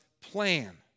plan